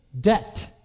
debt